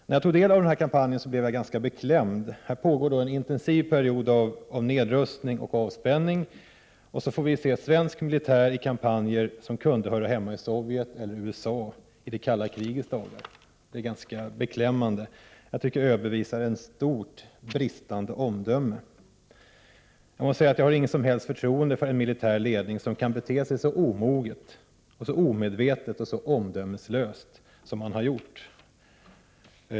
När jag tog del av kampanjen blev jag ganska beklämd. Nu pågår en intensiv period av nedrustning och avspänning, men svensk militär för kampanjer som kunde höra hemma i Sovjet eller USA under det kalla krigets dagar. Det är ganska nedslående. Jag tycker att ÖB visar en stor brist på omdöme. Jag har inget som helst förtroende för en militär ledning som kan bete sig så omoget, så omedvetet och så omdömeslöst som här har skett.